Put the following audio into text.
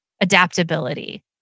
adaptability